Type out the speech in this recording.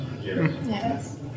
Yes